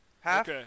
half